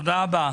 תודה רבה.